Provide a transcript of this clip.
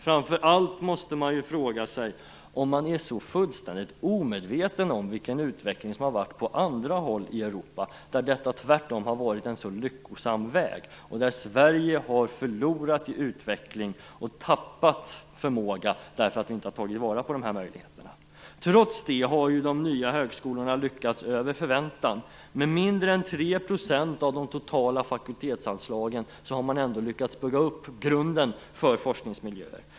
Framför allt måste frågan ställas om man är fullständigt omedveten om vilken utveckling som varit på andra håll i Europa, där detta tvärtom varit en så lyckosam väg. Där har Sverige förlorat i utveckling och tappat förmåga, just därför att vi inte har tagit vara på de här möjligheterna. Trots det har de nya högskolorna lyckats över förväntan. Med mindre än 3 % av de totala fakultetsanslagen har man ändå lyckats bygga upp grunden för forskningmiljöer.